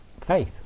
faith